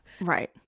Right